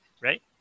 right